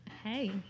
Hey